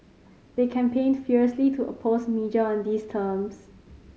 they campaigned furiously to oppose merger on these terms